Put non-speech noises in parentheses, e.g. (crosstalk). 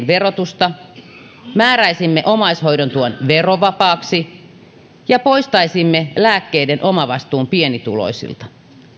(unintelligible) verotusta määräisimme omaishoidon tuen verovapaaksi ja poistaisimme lääkkeiden omavastuun pienituloisilta